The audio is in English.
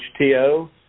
HTO